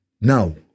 Now